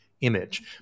image